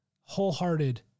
wholehearted